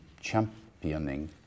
championing